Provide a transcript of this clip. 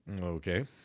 Okay